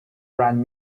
ran